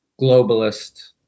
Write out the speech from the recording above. globalist